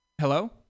Hello